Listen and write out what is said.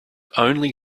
only